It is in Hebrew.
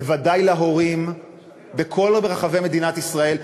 ובוודאי להורים בכל רחבי מדינת ישראל,